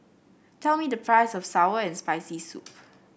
tell me the price of sour and Spicy Soup